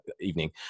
evening